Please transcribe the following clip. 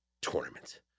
tournament